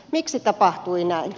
miksi tapahtui näin